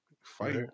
fight